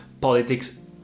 Politics